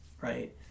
right